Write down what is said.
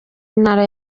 intara